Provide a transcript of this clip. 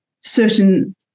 certain